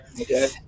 okay